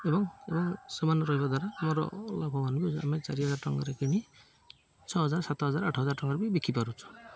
ଏବଂ ଏବଂ ସେମାନେ ରହିବା ଦ୍ୱାରା ଆମର ଲାଭ ଆମେ ଚାରି ହଜାର ଟଙ୍କାରେ କିଣି ଛଅ ହଜାର ସାତ ହଜାର ଆଠ ହଜାର ଟଙ୍କାରେ ବି ବିକି ପାରୁଛୁ